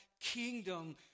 kingdom